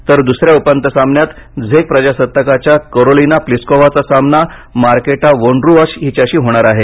तर दुसऱ्या उपांत्य सामन्यात झेक प्रजासत्ताकाच्या करोलिना प्लिस्कोव्हाचा सामना मार्केटा वोंडरुओव्हा हिच्याशी होणार आहे